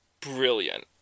brilliant